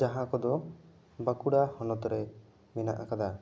ᱡᱟᱦᱟᱸ ᱠᱚᱫᱚ ᱵᱟᱸᱠᱩᱲᱟ ᱦᱚᱱᱚᱛ ᱨᱮ ᱢᱮᱱᱟᱜ ᱟᱠᱟᱫᱟ